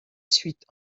suite